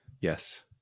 yes